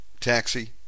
taxi